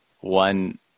one